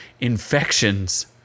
infections